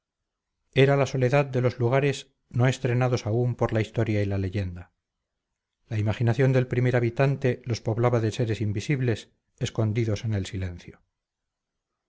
era la soledad de los lugares no estrenados aún por la historia y la leyenda la imaginación del primer habitante los poblaba de seres invisibles escondidos en el silencio